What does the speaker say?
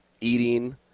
eating